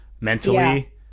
mentally